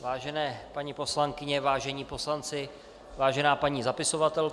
Vážené paní poslankyně, vážení poslanci, vážená paní zapisovatelko.